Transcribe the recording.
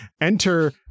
enter